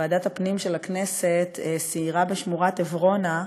ועדת הפנים של הכנסת סיירה בשמורת עברונה,